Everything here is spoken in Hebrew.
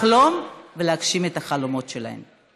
לחלום ולהגשים את החלומות שלהן.